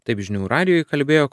taip žinių radijui kalbėjo